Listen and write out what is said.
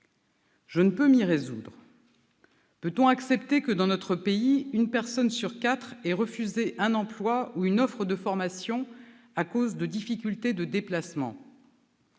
Je ne peux m'y résoudre. Peut-on accepter que, dans notre pays, une personne sur quatre ait refusé un emploi ou une offre de formation en raison de difficultés de déplacement ?